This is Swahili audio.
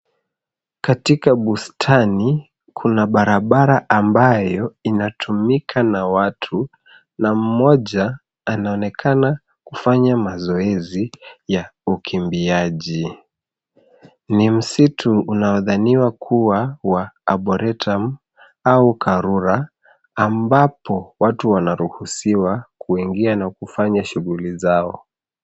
Katika bustani, kuna barabara ambayo inatumika na watu, na mmoja anaonekana kufanya mazoezi ya ukimbiaji. Ni msitu unaodhaniwa kuwa wa Aboratum au Karura ambapo watu wanaruhusu kuingia na kufanya shughuli zao.